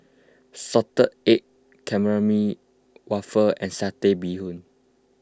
Salted Egg Calamari Waffle and Satay Bee Hoon